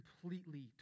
completely